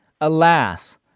Alas